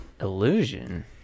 illusion